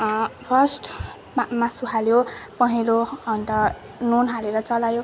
फर्स्टमा मासु हाल्यो पहेँलो अन्त नुन हालेर चलायो